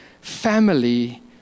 family